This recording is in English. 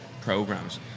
programs